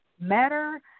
matter